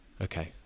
Okay